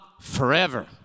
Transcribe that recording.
forever